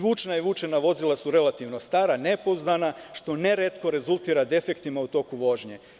Vučna i vučna vozila su relativno stara, nepouzdana, što ne retko rezultira defektima u toku vožnje.